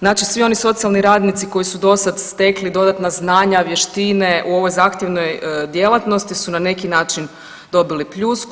Znači svi oni socijalni radnici koji su dosada stekli dodatna znanja, vještine u ovoj zahtjevnoj djelatnosti su na neki način dobili pljusku.